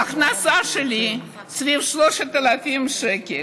ההכנסה שלי סביב 3,000 שקל.